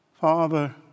Father